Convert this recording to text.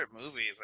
movies